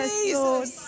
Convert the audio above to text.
Jesus